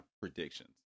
predictions